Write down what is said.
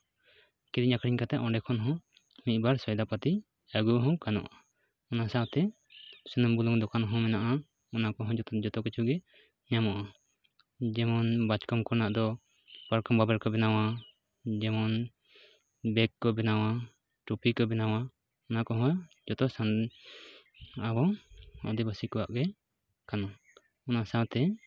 ᱠᱤᱨᱤᱧᱼᱟᱹᱠᱷᱨᱤᱧ ᱠᱟᱛᱮᱫ ᱚᱸᱰᱮ ᱠᱷᱚᱱ ᱦᱚᱸ ᱢᱤᱫᱼᱵᱟᱨ ᱥᱚᱭᱫᱟ ᱯᱟᱹᱛᱤ ᱟᱹᱜᱩ ᱦᱚᱸ ᱜᱟᱱᱚᱜᱼᱟ ᱚᱱᱟ ᱥᱟᱶᱛᱮ ᱥᱩᱱᱩᱢ ᱵᱩᱞᱩᱝ ᱫᱚᱠᱟᱱ ᱦᱚᱸ ᱢᱮᱱᱟᱜᱼᱟ ᱚᱱᱟ ᱠᱚᱦᱚᱸ ᱡᱚᱛᱚ ᱠᱤᱪᱷᱩ ᱜᱮ ᱧᱟᱢᱚᱜᱼᱟ ᱡᱮᱢᱚᱱ ᱵᱟᱪᱠᱚᱢ ᱠᱚᱨᱮᱱᱟᱜ ᱫᱚ ᱯᱟᱨᱠᱚᱢ ᱵᱟᱵᱮᱨ ᱠᱚ ᱵᱮᱱᱟᱣᱟ ᱡᱮᱢᱚᱱ ᱵᱮᱜᱽ ᱠᱚ ᱵᱮᱱᱟᱣᱟ ᱴᱩᱯᱤ ᱠᱚ ᱵᱮᱱᱟᱣᱟ ᱚᱱᱟ ᱠᱚᱦᱚᱸ ᱡᱚᱛᱚ ᱥᱟᱱ ᱟᱵᱚ ᱟᱹᱫᱤᱵᱟᱹᱥᱤ ᱠᱚᱣᱟᱜ ᱜᱮ ᱠᱟᱱᱟ ᱚᱱᱟ ᱥᱟᱶᱛᱮ